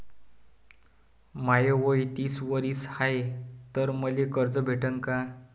माय वय तीस वरीस हाय तर मले कर्ज भेटन का?